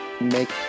Make